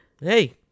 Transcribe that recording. Hey